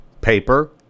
paper